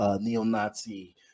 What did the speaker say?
neo-Nazi